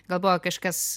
gal buvo kažkas